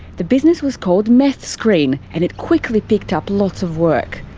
the business was called meth screen and it quickly picked up lots of work.